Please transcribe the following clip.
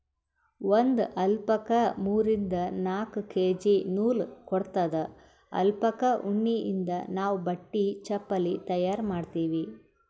ಒಂದ್ ಅಲ್ಪಕಾ ಮೂರಿಂದ್ ನಾಕ್ ಕೆ.ಜಿ ನೂಲ್ ಕೊಡತ್ತದ್ ಅಲ್ಪಕಾ ಉಣ್ಣಿಯಿಂದ್ ನಾವ್ ಬಟ್ಟಿ ಚಪಲಿ ತಯಾರ್ ಮಾಡ್ತೀವಿ